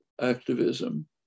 activism